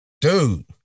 dude